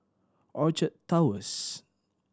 Orchard Towers